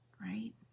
Right